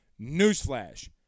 Newsflash